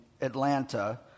Atlanta